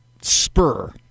spur